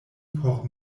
por